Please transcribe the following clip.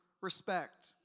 respect